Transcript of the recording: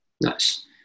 Nice